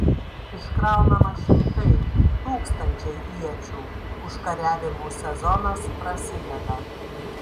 iškraunama šimtai tūkstančiai iečių užkariavimų sezonas prasideda